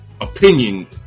opinion